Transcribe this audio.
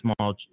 small